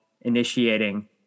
initiating